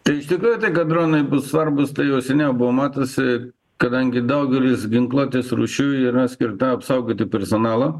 tai iš tikrųjų tai kad dronai bus svarbūs tai jaus eniau buvo matosi kadangi daugelis ginkluotės rūšių yra skirta apsaugoti personalą